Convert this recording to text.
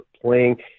playing